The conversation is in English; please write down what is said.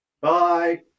Bye